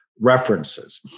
references